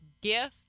gift